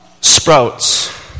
sprouts